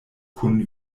kun